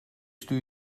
stuur